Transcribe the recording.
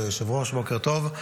כבוד היושב-ראש, בוקר טוב.